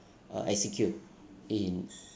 uh execute in